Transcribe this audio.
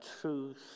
truth